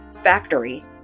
factory